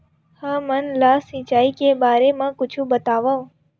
हमन ला सिंचाई के बारे मा कुछु बतावव?